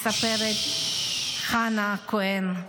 מספרת חנה כהן,